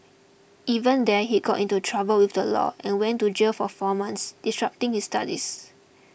even there he got into trouble with the law and went to jail for four months disrupting his studies